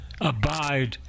abide